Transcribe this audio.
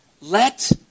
Let